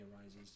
arises